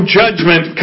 judgment